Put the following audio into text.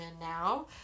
now